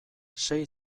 sei